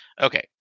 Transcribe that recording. okay